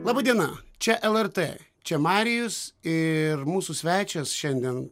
laba diena čia lrt čia marijus ir mūsų svečias šiandien